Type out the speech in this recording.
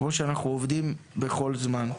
כמו שאנחנו עובדים בכל זמן.